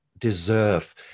deserve